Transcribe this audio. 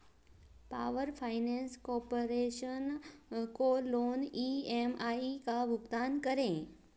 power finance corporation को loan E M I का भुगतान करें